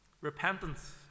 Repentance